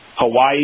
Hawaii